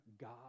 God